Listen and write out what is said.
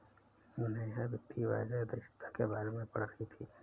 नेहा वित्तीय बाजार दक्षता के बारे में पढ़ रही थी